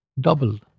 Double